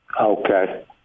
okay